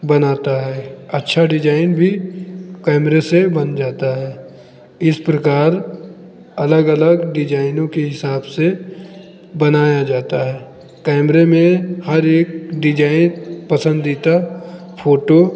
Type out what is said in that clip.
बनाता है अच्छा डिजाइन भी कैमरे से बन जाता है इस प्रकार अलग अलग डिजाइनों के हिसाब से बनाया जाता है कैमरे में हर एक डिजाइन पसंदीदा फ़ोटो